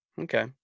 Okay